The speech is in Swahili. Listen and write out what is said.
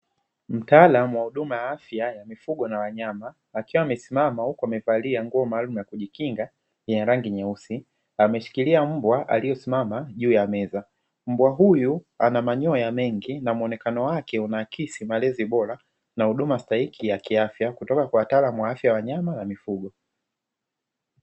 Mtaalamu wa huduma ya afya ya mifugo na wanyama akiwa amesimama huku amevalia nguo maalumu ya kujikinga yenye rangi nyeusi, ameshikilia mbwa aliyesimama juu ya meza. Mbwa huyu ana manyoya mengi na muonekano wake unaakisi malezi bora na huduma stahiki ya kiafya kutoka kwa wataalamu wa afya ya wanyama na mifugo.